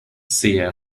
sehr